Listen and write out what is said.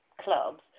clubs